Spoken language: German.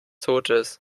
totes